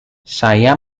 saya